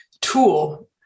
tool